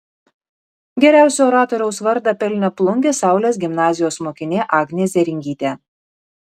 geriausio oratoriaus vardą pelnė plungės saulės gimnazijos mokinė agnė zėringytė